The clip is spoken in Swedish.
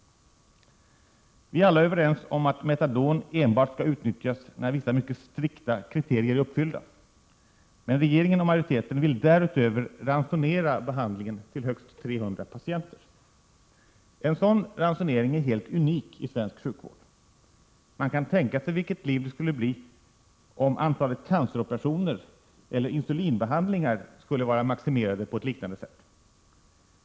Vi är alla överens om att metadon skall utnyttjas enbart när vissa mycket strikta kriterier är uppfyllda, men regeringen och majoriteten vill därutöver ransonera behandlingen till högst 300 patienter. En sådan ransonering är helt unik i svensk sjukvård. Man kan tänka sig vilket liv det skulle bli om antalet canceroperationer eller insulinbehandlingar skulle vara maximerade på ett liknande sätt.